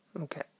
okay